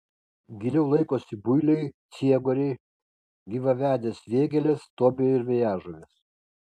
giliau laikosi builiai ciegoriai gyvavedės vėgėlės tobiai ir vėjažuvės